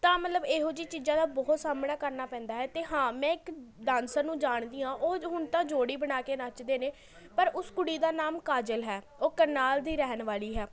ਤਾਂ ਮਤਲਬ ਇਹੋ ਜਿਹੀ ਚੀਜ਼ਾਂ ਦਾ ਬਹੁਤ ਸਾਹਮਣਾ ਕਰਨਾ ਪੈਂਦਾ ਹੈ ਅਤੇ ਹਾਂ ਮੈਂ ਇੱਕ ਡਾਂਸਰ ਨੂੰ ਜਾਣਦੀ ਹਾਂ ਓਹ ਹੁਣ ਤਾਂ ਜੋੜੀ ਬਣਾ ਕੇ ਨੱਚਦੇ ਨੇ ਪਰ ਉਸ ਕੁੜੀ ਦਾ ਨਾਮ ਕਾਜਲ ਹੈ ਓਹ ਕਰਨਾਲ ਦੀ ਰਹਿਣ ਵਾਲੀ ਹੈ